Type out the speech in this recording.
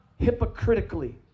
hypocritically